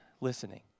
listening